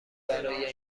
برای